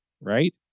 right